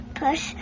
push